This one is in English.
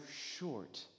short